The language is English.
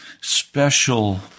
special